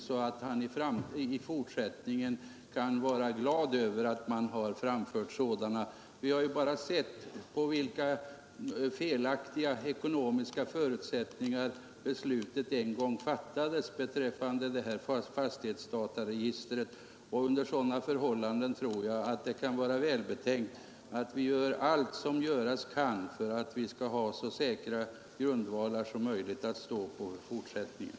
Han kan nog i fortsättningen vara glad över att sådana här förslag har framförts. Vi har redan sett från vilka felaktiga ekonomiska förutsättningar beslutet beträffande fastighetsdataregistret en gång fattades. Under sådana förhållanden kan det vara välbetänkt att vi gör allt som göras kan för att ha en säkrare grund att stå på i fortsättningen.